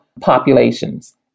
populations